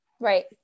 Right